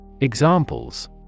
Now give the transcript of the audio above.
Examples